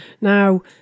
now